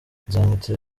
nzamwita